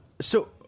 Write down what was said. So-